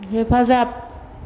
हेफाजाब